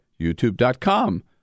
youtube.com